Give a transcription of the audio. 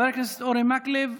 חבר הכנסת אורי מקלב,